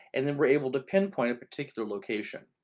and then we're able to pinpoint a particular location.